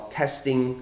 testing